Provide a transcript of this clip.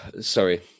sorry